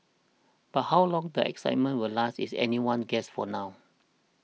but how long the excitement will last is anyone's guess for now